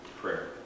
prayer